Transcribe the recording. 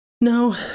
No